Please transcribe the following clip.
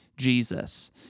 Jesus